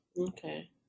Okay